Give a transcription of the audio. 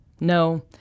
No